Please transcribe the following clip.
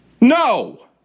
No